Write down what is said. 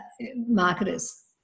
marketers